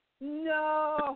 no